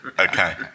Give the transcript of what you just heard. Okay